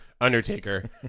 Undertaker